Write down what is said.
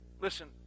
Listen